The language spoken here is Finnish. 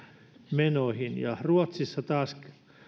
menoihin ja ruotsissa taas